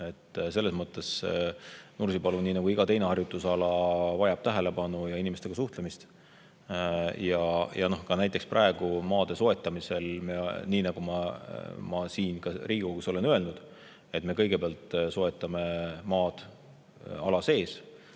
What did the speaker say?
Selles mõttes Nursipalu vajab nii nagu iga teine harjutusala tähelepanu ja inimestega suhtlemist. Näiteks praegu maade soetamisel, nii nagu ma siin Riigikogus olen öelnud, me kõigepealt soetame maatükid ala sees,